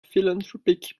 philanthropic